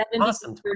awesome